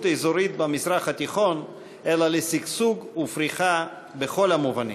אזורית במזרח התיכון אלא לשגשוג ופריחה בכל המובנים.